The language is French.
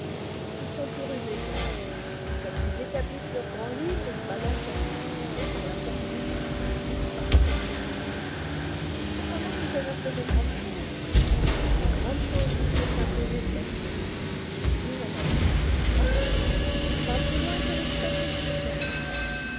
ils sont plus rusés que pratiques quand ils établissent leur grand livre ils balancent la stupidité par la fortune et le vice par l'hypocrisie cependant nous avons fait de grandes choses les grandes choses nous furent imposées gladys nous en avons porté le fardeau pas plus loin que le stock